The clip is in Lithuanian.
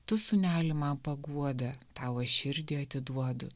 tu sūneli man paguoda tavo širdį atiduodu